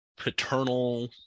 paternal